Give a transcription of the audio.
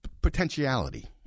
potentiality